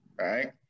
right